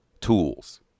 tools